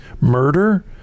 murder